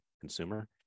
consumer